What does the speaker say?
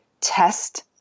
test